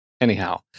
anyhow